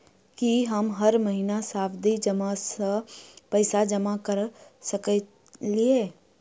की हम हर महीना सावधि जमा सँ पैसा जमा करऽ सकलिये?